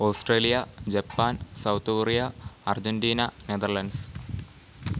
Australia Japan South Korea Argentina Netherlands